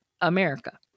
America